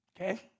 okay